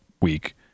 week